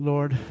Lord